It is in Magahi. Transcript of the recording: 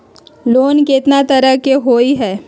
लोन केतना तरह के होअ हई?